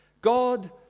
God